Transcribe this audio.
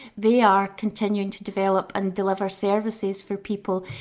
they are continuing to develop and deliver services for people.